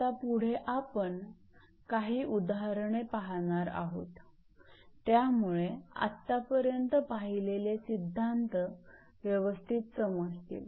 आता पुढे आपण काही उदाहरणे पाहणार आहोत त्यामुळे आत्तापर्यंत पाहिलेले सिद्धांत व्यवस्थित समजतील